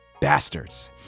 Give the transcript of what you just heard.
Bastards